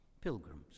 pilgrims